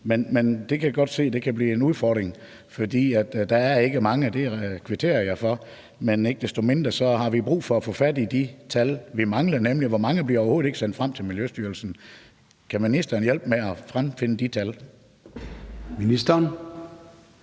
men det kan jeg godt se kan blive en udfordring, for der er ikke mange, og det kvitterer jeg for. Ikke desto mindre har vi brug for at få fat i de tal. Vi mangler nemlig, hvor mange der overhovedet ikke bliver sendt frem til Miljøstyrelsen. Kan ministeren hjælpe med at fremfinde de tal? Kl.